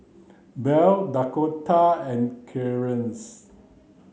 Bell Dakoda and Clearence